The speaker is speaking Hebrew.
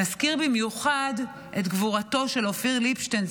נזכיר במיוחד את גבורתו של אופיר ליבשטיין,